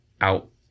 out